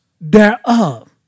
thereof